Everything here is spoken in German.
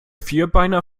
vierbeiner